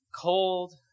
cold